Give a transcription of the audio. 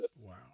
Wow